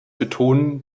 betonen